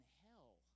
hell